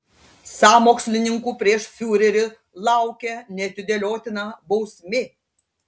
sąmokslininkų prieš fiurerį laukia neatidėliotina bausmė